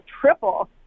triple